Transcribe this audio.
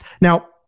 Now